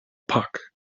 puck